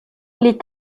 les